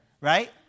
right